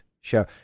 show